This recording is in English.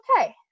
okay